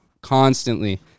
constantly